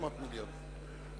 מהעשירונים הגבוהים?